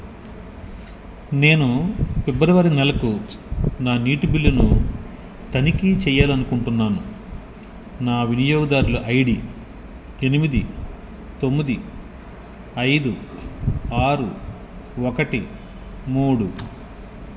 నేను ఫిబ్రవరి నెలకు నా నీటి బిల్లును తనిఖీ చెయ్యాలనుకుంటున్నాను నా వినియోగదారుల ఐడి ఎనిమిది తొమ్మిది ఐదు ఆరు ఒకటి మూడు